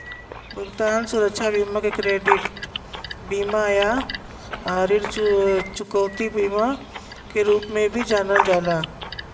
भुगतान सुरक्षा बीमा के क्रेडिट बीमा या ऋण चुकौती बीमा के रूप में भी जानल जाला